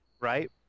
Right